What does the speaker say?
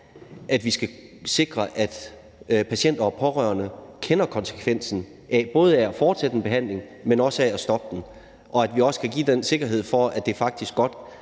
at vi skal sikre, at patienter og pårørende kender konsekvensen både af at fortsætte en behandling, men også af at stoppe den, og at vi også kan give en sikkerhed for, at det faktisk godt